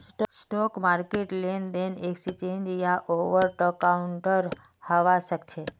spot market लेनदेन exchange या over the counter हवा सक्छे